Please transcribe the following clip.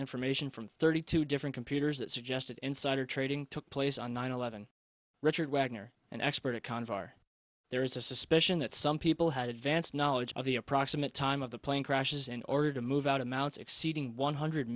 information from thirty two different computers that suggested insider trading took place on nine eleven richard wagner an expert a convo are there is a suspicion that some people had advance knowledge of the approximate time of the plane crashes in order to move out amounts exceeding one hundred